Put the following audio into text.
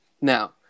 now